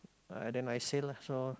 ah then I sail lah so